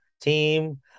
team